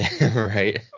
Right